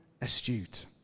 astute